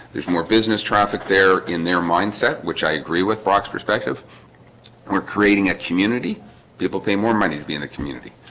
there's more business traffic they're in their mindset, which i agree with brock's perspective and we're creating a community people pay more money to be in the community